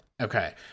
Okay